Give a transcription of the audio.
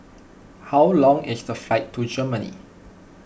how long is the flight to Germany